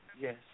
yes